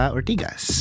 Ortigas